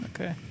Okay